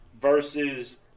versus